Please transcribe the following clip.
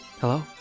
Hello